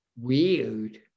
weird